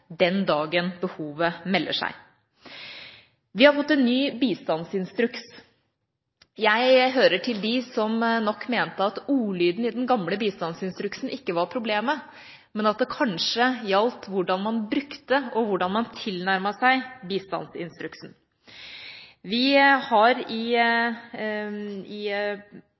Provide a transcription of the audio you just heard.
den dagen behovet melder seg. Vi har fått en ny bistandsinstruks. Jeg hører til dem som nok mente at ordlyden i den gamle bistandsinstruksen ikke var problemet, men at det kanskje gjaldt hvordan man brukte, og hvordan man tilnærmet seg bistandsinstruksen. Vi har i